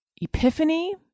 epiphany